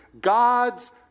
God's